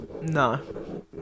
No